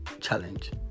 challenge